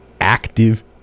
active